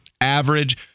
average